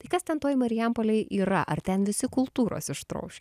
tai kas ten toj marijampolėj yra ar ten visi kultūros ištroš